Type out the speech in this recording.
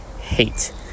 hate